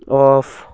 off